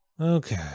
Okay